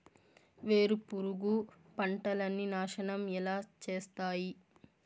వేరుపురుగు పంటలని నాశనం ఎలా చేస్తాయి?